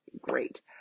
great